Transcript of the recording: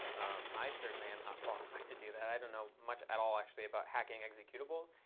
i certainly am not qualified to do that. i don't know much at all actually about hacking executables.